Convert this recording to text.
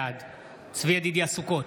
בעד צבי ידידיה סוכות,